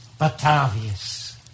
Batavius